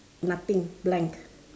nothing blank